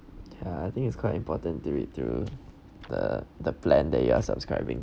uh I think is quite important to read through the the plan that you are subscribing